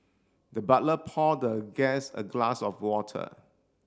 the butler poured the guest a glass of water